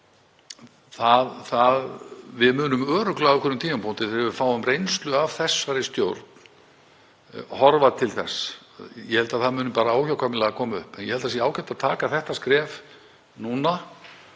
— við munum örugglega á einhverjum tímapunkti, þegar við fáum reynslu af þessari stjórn, horfa til þess. Ég held að það muni óhjákvæmilega koma upp. En ég held að það sé ágætt að stíga þetta skref núna